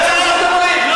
זה מה שאתם אומרים.